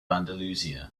andalusia